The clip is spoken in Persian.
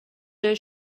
جای